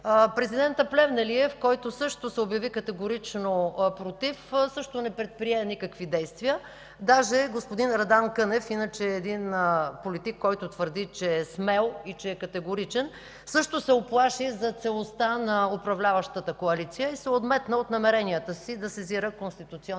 Президентът Плевнелиев, който също се обяви категорично против, също не предприе никакви действия. Даже господин Радан Кънев – иначе един политик, който твърди, че е смел и че е категоричен, също се уплаши за целостта на управляващата коалиция и се отметна от намеренията си да сезира Конституционния